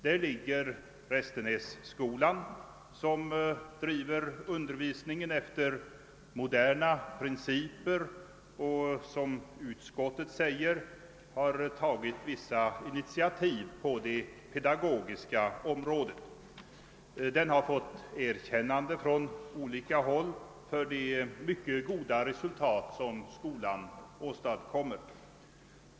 Där ligger Restenässkolan, som driver undervisningen efter moderna principer och — som utskottet skriver — har tagit vissa initiativ på det pedagogiska området. Från olika håll har skolan fått erkännande för de mycket goda resultat som åstadkommes.